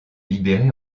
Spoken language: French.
libérée